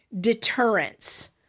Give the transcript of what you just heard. deterrence